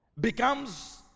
becomes